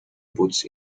boots